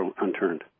unturned